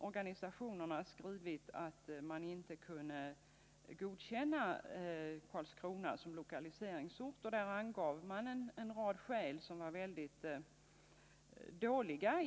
Organisationerna har skrivit att de inte kunde godkänna Karlskrona som lokaliseringsort. Man angav en rad skäl som egentligen var väldigt dåliga.